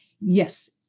Yes